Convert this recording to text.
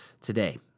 today